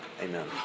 Amen